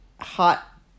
hot